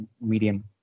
medium